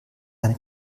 eine